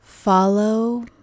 Follow